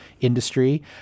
industry